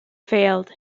failed